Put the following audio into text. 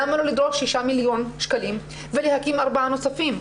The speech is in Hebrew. למה לא לדרוש 6 מיליון שקלים ולהקים ארבעה נוספים.